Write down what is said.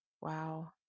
Wow